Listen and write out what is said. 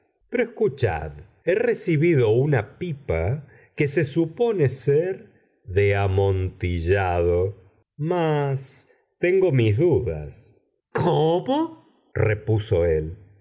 pero escuchad he recibido una pipa que se supone ser de amontillado mas tengo mis dudas cómo repuso él